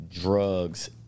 drugs